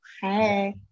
Hey